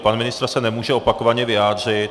Pan ministr se nemůže opakovaně vyjádřit.